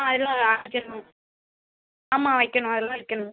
எல்லாம் அனுப்பிடுறேங்க ஆமாம் வைக்கணும் எல்லாம் வைக்கணும்